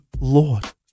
Lord